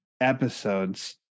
episodes